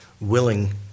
willing